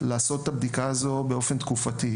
לעשות את הבדיקה באופן תקופתי,